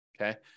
okay